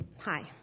Hi